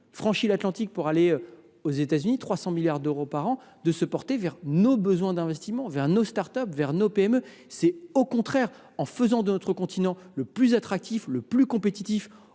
franchit l’Atlantique pour aller aux États Unis – à hauteur de 300 milliards d’euros par an – de se porter vers nos besoins d’investissement, vers nos start up, vers nos PME. C’est au contraire en faisant de notre continent le plus attractif et le plus compétitif